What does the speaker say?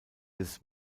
des